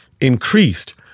increased